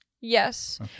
Yes